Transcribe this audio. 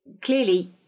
clearly